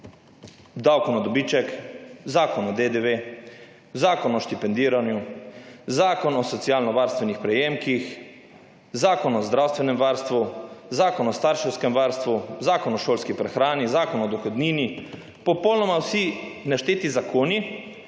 davku na dobiček, zakon o DDV, zakon o štipendiranju, zakon o socialnovarstvenih prejemkih, zakon o zdravstvenem varstvu, zakon o starševskem varstvu, zakon o šolski prehrani, zakon o dohodnini. Popolnoma vsi našteti zakon,